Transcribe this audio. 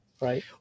Right